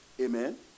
Amen